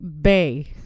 bay